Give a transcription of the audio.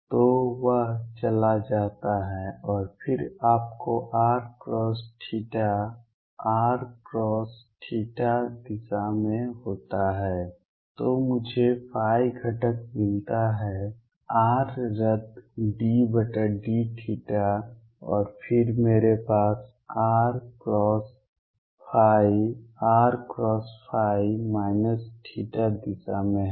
तो वह चला जाता है और फिर आपको r r दिशा में होता है तो मुझे घटक मिलता है r रद्द ddθ और फिर मेरे पास r r θ दिशा में है